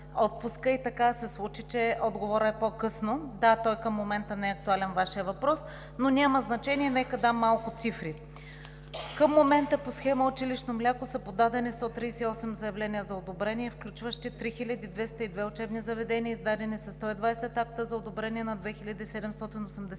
отпуска и така се случи, че отговорът е по-късно. Да, към момента Вашият въпрос не е актуален, но няма значение, нека дам малко цифри. Към момента по Схема „Училищно мляко“ са подадени 138 заявления за одобрение, включващи 3202 учебни заведения, издадени са 120 акта за одобрение на 2787